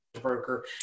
broker